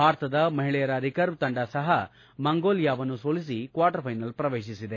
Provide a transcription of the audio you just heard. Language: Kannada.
ಭಾರತದ ಮಹಿಳೆಯರ ರಿಕರ್ವ ತಂಡ ಸಹ ಮಂಗೋಲಿಯಾವನ್ನು ಸೋಲಿಸಿ ಕ್ನಾರ್ಟರ್ ಫ್ಲೆನಲ್ ಪ್ರವೇಸಿಸಿದೆ